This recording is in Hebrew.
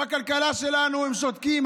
בכלכלה שלנו, הם שותקים.